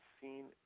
seen